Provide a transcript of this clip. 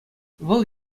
вӑл